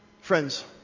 Friends